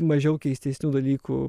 mažiau keistesnių dalykų